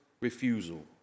refusal